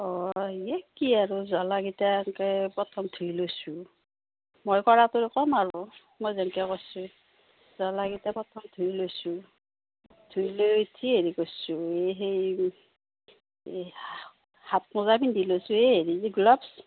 অঁ ইয়ে কি আৰু জ্বলাকেইটা এনকে প্ৰথম ধুই লৈছোঁ মই কৰাটোৱে ক'ম আৰু মই যেনেকে কৰিছোঁ জ্বলাকেইটা প্ৰথম ধুই লৈছোঁ ধুই লৈ কি হেৰি কৰিছোঁ এই সেই এই হাতমোজা পিন্ধি লৈছোঁ এ হেৰি যে গ্ল'ভছ